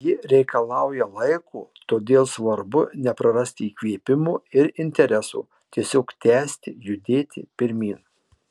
ji reikalauja laiko todėl svarbu neprarasti įkvėpimo ir intereso tiesiog tęsti judėti pirmyn